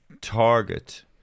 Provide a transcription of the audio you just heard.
target